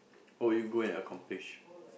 oh you go and accomplish